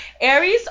Aries